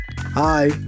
Hi